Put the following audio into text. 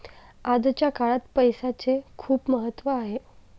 आजच्या काळात पैसाचे खूप महत्त्व आहे